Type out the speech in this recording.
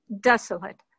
desolate